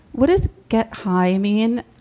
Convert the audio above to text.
what does get high mean?